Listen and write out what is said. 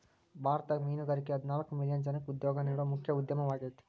ಭಾರತದಾಗ ಮೇನುಗಾರಿಕೆ ಹದಿನಾಲ್ಕ್ ಮಿಲಿಯನ್ ಜನಕ್ಕ ಉದ್ಯೋಗ ನೇಡೋ ಮುಖ್ಯ ಉದ್ಯಮವಾಗೇತಿ